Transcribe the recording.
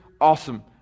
awesome